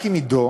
רק אם עידו,